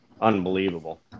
unbelievable